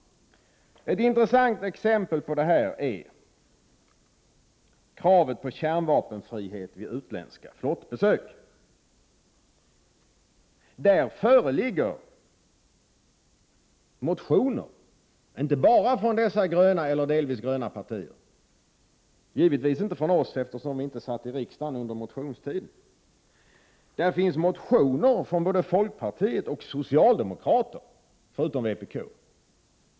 Ett intressant exempel på detta är kravet på kärnvapenfrihet vid utländska flottbesök. I fråga om detta föreligger det motioner, inte bara från dessa gröna eller delvis gröna partier. Vi i miljöpartiet de gröna har naturligtvis inte skrivit några motioner, eftersom vi inte satt i riksdagen under motionstiden. Det finns motioner från folkpartiet och socialdemokraterna, förutom från vpk.